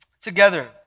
together